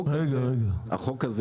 רגע, רגע,